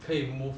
可以 move